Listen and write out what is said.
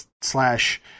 slash –